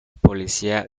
policía